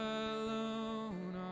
alone